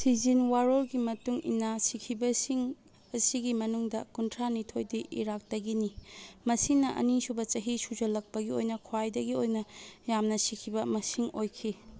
ꯊꯤꯖꯤꯟ ꯋꯥꯔꯣꯜꯒꯤ ꯃꯇꯨꯡ ꯏꯟꯅ ꯁꯤꯈꯤꯕꯁꯤꯡ ꯑꯁꯤꯒꯤ ꯃꯅꯨꯡꯗ ꯀꯨꯟꯊ꯭ꯔꯥ ꯅꯤꯊꯣꯏꯗꯤ ꯏꯔꯥꯛꯇꯒꯤꯅ ꯃꯁꯤꯅ ꯑꯅꯤꯁꯨꯕ ꯆꯍꯤ ꯁꯨꯖꯜꯂꯛꯄꯒꯤ ꯑꯣꯏꯅ ꯈ꯭ꯋꯥꯏꯗꯒꯤ ꯑꯣꯏꯅ ꯌꯥꯝꯅ ꯁꯤꯈꯤꯕ ꯃꯁꯤꯡ ꯑꯣꯏꯈꯤ